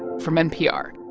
from npr